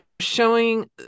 showing